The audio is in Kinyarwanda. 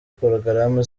porogaramu